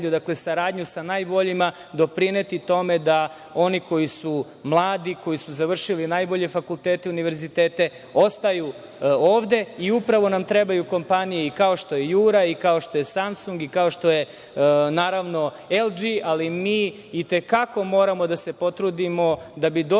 zemlju, saradnju sa najboljima doprineti tome da oni koji su mladi, koji su završili najbolje fakultete i univerzitete ostaju ovde. Upravo nam trebaju kompanije i kao što je „Jura“ i kao što je „Samsung“, i kao što je, naravno, „LG“, ali mi i te kako moramo da se potrudimo da bi došli